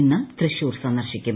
ഇന്ന് തൃശൂർ സന്ദർശിക്കും